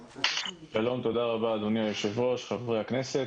תודה רבה אדוני היושב-ראש, חברי הכנסת.